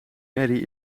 merrie